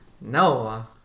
No